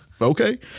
okay